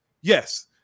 Yes